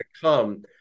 come